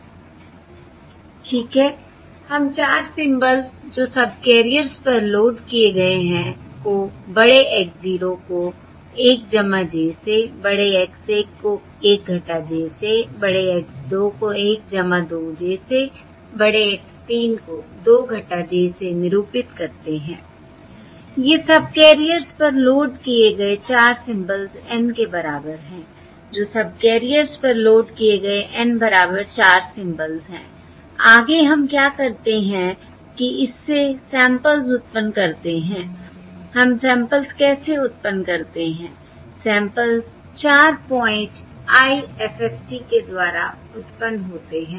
ठीक है हम 4 सिंबल्स जो सबकैरियर्स पर लोड किए गए हैं को बड़े X 0 को 1 j से बड़े X 1 को 1 j से बड़े X 2 को 1 2j से बड़े X 3 को 2 j से निरूपित करते हैं 1 ये सबकैरियर्स पर लोड किए गए 4 सिंबल्स N के बराबर हैं जो सबकैरियर्स पर लोड किए गए N बराबर 4 सिंबल्स हैं आगे हम क्या करते हैं कि इससे सैंपल्स उत्पन्न करते हैं हम सैंपल्स कैसे उत्पन्न करते हैं सैंपल्स 4 पॉइंट IFFT के द्वारा उत्पन्न होते हैं